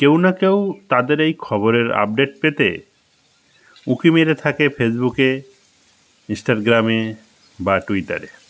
কেউ না কেউ তাদের এই খবরের আপডেট পেতে উঁকি মেরে থাকে ফেসবুকে ইস্টাটগ্রামে বা টুইটারে